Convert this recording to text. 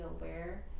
aware